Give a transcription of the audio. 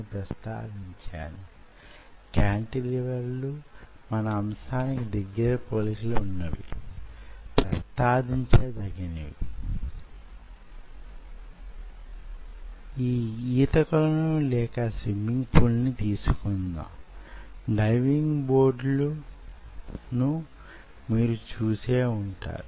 ఇక్కడ యిది మైక్రో కాంటిలివర్లను నిర్మించే విధానం దాన్ని అనుసరించి అటువంటి కాంటిలివర్ల నిర్మాణ శైలిని నిర్ణయించుకోవడం